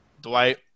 Dwight